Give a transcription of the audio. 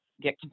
get